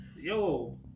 Yo